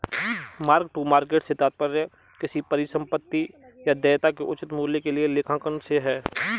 mark to market से तात्पर्य किसी परिसंपत्ति या देयता के उचित मूल्य के लिए लेखांकन से है